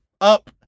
up